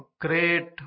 great